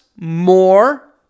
more